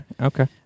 okay